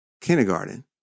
kindergarten